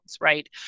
right